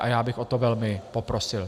Já bych o to velmi poprosil.